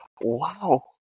Wow